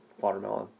Watermelon